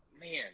man